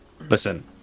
Listen